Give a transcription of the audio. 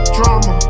Drama